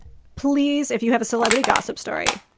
please, if you have a celebrity gossip story,